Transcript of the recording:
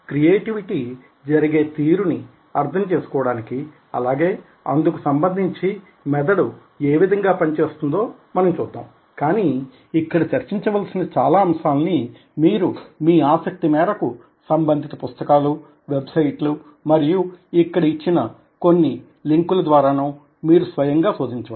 creativity జరిగే తీరుని అర్థం చేసుకోవడానికి అలాగే అందుకు సంబంధించి మెదడు ఏవిధంగా పనిచేస్తుందో మనం చూద్దాం కానీ ఇక్కడ చర్చించవలసిన చాలా అంశాలని మీరు మీ ఆసక్తి మేరకు సంబంధిత పుస్తకాలు వెబ్ సైట్లు మరియు ఇక్కడ ఇచ్చిన కొన్ని లింకు ద్వారా నో మీరు స్వయంగా శోధించవచ్చు